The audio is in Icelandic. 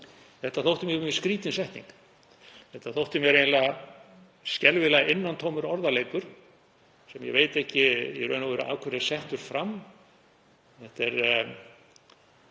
Þetta þótti mér mjög skrýtin setning. Þetta þótti mér eiginlega skelfilega innantómur orðaleikur sem ég veit ekki í raun og veru af hverju er settur fram. Þetta er